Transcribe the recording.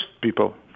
people